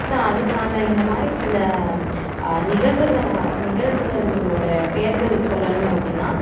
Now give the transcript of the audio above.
so அதுக்கான இந்த மாதிரி சில நிகழ்வுகளை நிகழ்வுகளுடைய பெயர்கள் சொல்லணும் அப்படின்னா